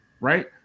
right